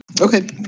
Okay